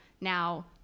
now